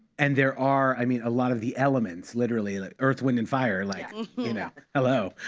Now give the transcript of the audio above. and there are i mean a lot of the elements, literally, like earth, wind, and fire. like you know, hello.